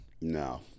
No